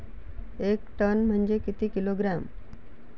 एक टन म्हनजे किती किलोग्रॅम?